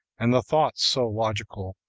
and the thoughts so logical,